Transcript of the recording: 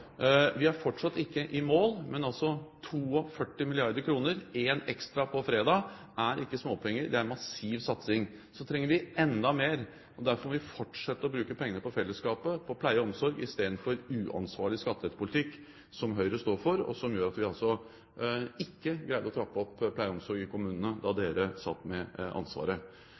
Vi er fortsatt ikke i mål, men 42 mrd. kr – én ekstra på fredag – er ikke småpenger, det er massiv satsing. Så trenger vi enda mer, og derfor må vi fortsette å bruke pengene på fellesskapet, på pleie og omsorg, i stedet for en uansvarlig skattepolitikk, som Høyre står for, og som gjorde at vi ikke greide å trappe opp pleie og omsorg i kommunene da dere satt med ansvaret.